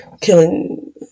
killing